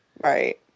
Right